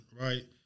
right